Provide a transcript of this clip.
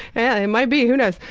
yeah it might be, who knows?